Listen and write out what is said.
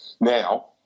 now